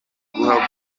guhaguruka